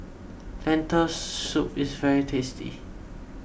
Lentil soup is very tasty